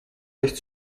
nicht